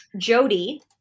jody